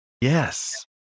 Yes